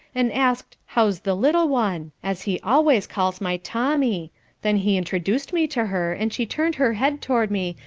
and asked how is the little one as he always calls my tommy then he introduced me to her, and she turned her head toward me,